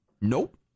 Nope